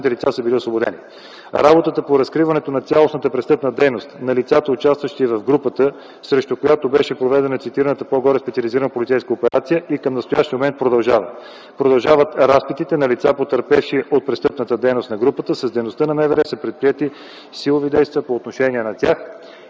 дейността на МВР са предприети силови действия по отношение на тях